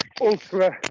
ultra